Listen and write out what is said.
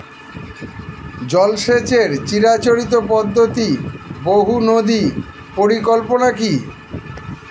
জল সেচের চিরাচরিত পদ্ধতি বহু নদী পরিকল্পনা কি?